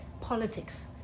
politics